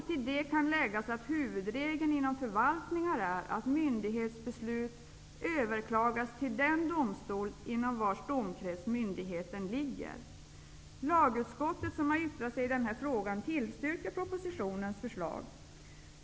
Till det kan läggas att huvudregeln inom förvaltningar är att myndighetsbeslut överklagas till den domstol inom vars domkrets myndigheten ligger. Lagutskottet, som har yttrat sig i den här frågan, tillstyrker propositionens förslag.